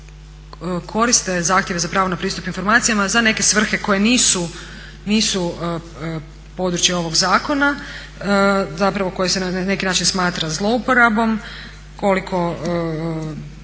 koriste zahtjeve za pravo na pristup informacijama za neke svrhe koje nisu područje ovog zakona, zapravo koje se na neki način smatra zlouporabom. Koliko